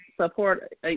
support